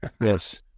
yes